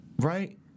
Right